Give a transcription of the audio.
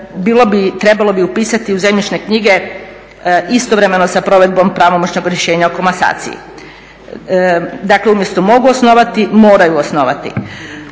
trebalo bi upisati u zemljišne knjige istovremeno sa provedbom pravomoćnog rješenja o komasaciji. Dakle umjesto "mogu osnovati" "moraju osnovati"